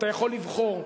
אתה יכול לבחור.